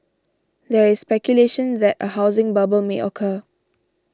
there is speculation that a housing bubble may occur